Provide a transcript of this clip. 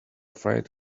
afraid